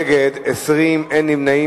נגד 20, אין נמנעים.